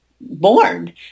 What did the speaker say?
born